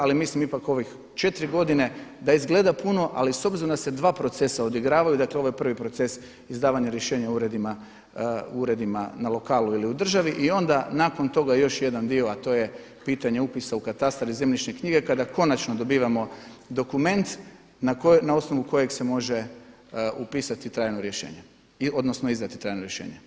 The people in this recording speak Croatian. Ali mislim ipak u ovih 4 godine da izgleda puno ali s obzirom da se dva procesa odigravaju, dakle ovo je prvi proces izdavanje rješenja uredima na lokalu ili u državi i onda nakon toga još jedan dio a to je pitanje upisa u katastar i zemljišne knjige kada konačno dobivamo dokument na osnovu koje se može upisati trajno rješenje odnosno izdati trajno rješenje.